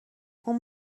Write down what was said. اون